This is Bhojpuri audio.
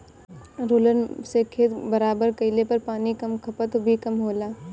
रोलर से खेत बराबर कइले पर पानी कअ खपत भी कम होला